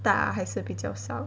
大还是比较小